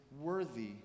worthy